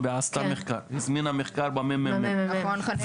זה משרד הבריאות, זה המל"ג, זה האוצר.